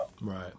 right